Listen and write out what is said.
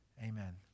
Amen